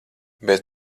bez